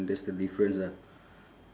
that's the difference ah